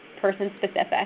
person-specific